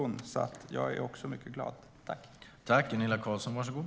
Därför är jag också mycket glad.